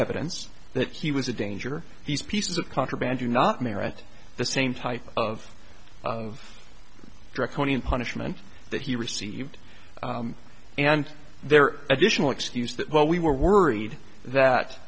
evidence that he was a danger these pieces of contraband do not merit the same type of of draconian punishment that he received and their additional excuse that well we were worried that